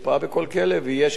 ויש בית-החולים,